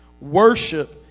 worship